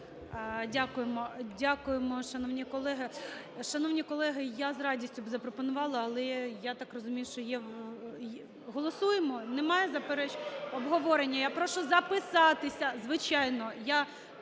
Дякуємо, шановні колеги. Шановні колеги, я з радістю б запропонувала, але я так розумію, що є.. Голосуємо. Немає заперечень? (Шум у залі) Обговорення. Я прошу записатися. Звичайно.